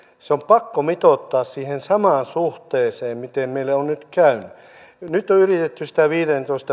se on pakko mitoittaa siihen samaan suhteeseen miten meille on nyt käynyt